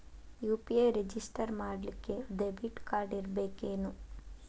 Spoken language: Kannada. ಯು.ಪಿ.ಐ ರೆಜಿಸ್ಟರ್ ಮಾಡ್ಲಿಕ್ಕೆ ದೆಬಿಟ್ ಕಾರ್ಡ್ ಇರ್ಬೇಕೇನು?